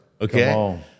Okay